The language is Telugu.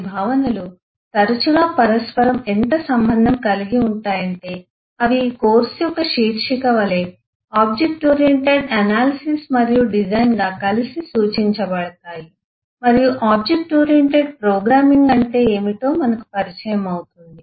భావనలు తరచుగా పరస్పరం ఎంత సంబంధం కలిగి ఉంటాయంటే అవి ఈ కోర్సు యొక్క శీర్షిక వలె ఆబ్జెక్ట్ ఓరియెంటెడ్ ఎనాలిసిస్ మరియు డిజైన్ గా కలిసి సూచించబడతాయి మరియు ఆబ్జెక్ట్ ఓరియెంటెడ్ ప్రోగ్రామింగ్ అంటే ఏమిటో మనకు పరిచయం అవుతుంది